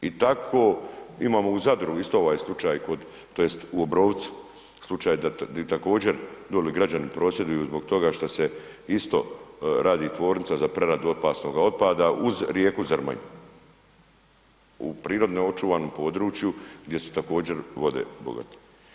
I tako imamo u Zadru isto ovaj slučaj kod, to jest u Obrovcu, slučaj di također doli građani prosvjeduju zbog toga šta se isto radi tvornica za preradu opasnoga otpada uz rijeku Zrmanju, u prirodno očuvanom području gdje su također vode bogate.